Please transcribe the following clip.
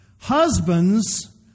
Husbands